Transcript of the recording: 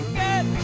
get